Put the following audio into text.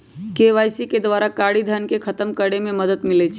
KYC के द्वारा कारी धन के खतम करए में मदद मिलइ छै